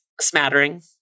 smattering